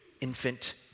infant